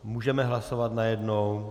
Můžeme hlasovat najednou?